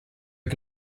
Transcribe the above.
che